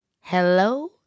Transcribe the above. Hello